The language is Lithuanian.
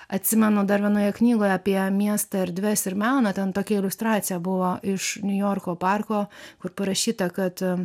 atsimenu dar vienoje knygoje apie miesto erdves ir meną ten tokia iliustracija buvo iš niujorko parko kur parašyta kad